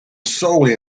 solely